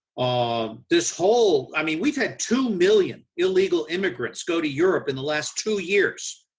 um this whole. i mean, we've had two million illegal immigrants go to europe in the last two years.